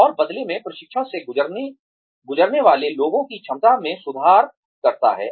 और बदले में प्रशिक्षण से गुजरने वाले लोगों की क्षमता में सुधार करता है